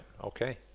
Okay